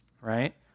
right